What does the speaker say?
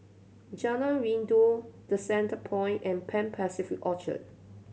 Jalan Rindu The Centrepoint and Pan Pacific Orchard